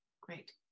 great